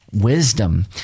wisdom